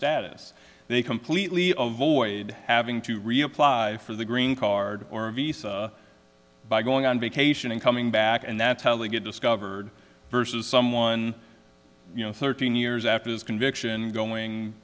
status they completely avoid having to reapply for the green card or a visa by going on vacation and coming back and that's how they get discovered versus someone you know thirteen years after his conviction and going